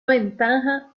ventaja